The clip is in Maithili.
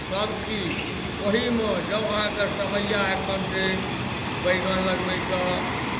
सभचीज ओहीमे जँ अहाँके समैआ एखन छै बैगन लगबैके